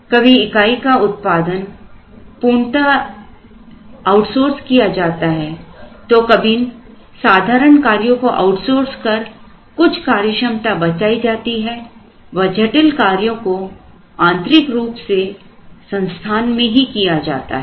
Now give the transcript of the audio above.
कभी इकाई का उत्पादन पूर्णतया आउट सोर्स किया जाता है तो कभी साधारण कार्यों को आउटसोर्स कर कुछ कार्य क्षमता बचाई जाती है व जटिल कार्यों को आंतरिक रूप से संस्थान में ही किया जाता है